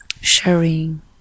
sharing